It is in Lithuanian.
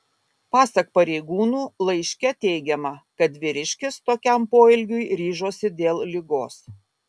pasak pareigūnų laiške teigiama kad vyriškis tokiam poelgiui ryžosi dėl ligos